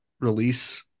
release